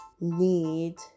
need